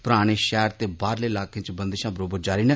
पराने शैहर ते बाहरले इलाकें च बंदशां बरोबर जारी न